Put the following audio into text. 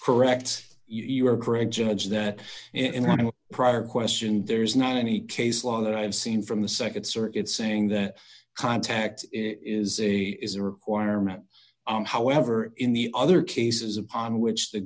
correct you are correct judge that in a prior question there is not any case law that i have seen from the nd circuit saying that contact is a is a requirement on however in the other cases upon which the